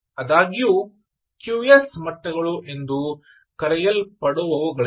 ಆದಾಗ್ಯೂ 'QS' ಮಟ್ಟಗಳು ಎಂದು ಕರೆಯಲ್ಪಡುವವುಗಳಿವೆ